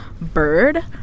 bird